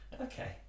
okay